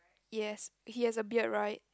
yes he has a beard right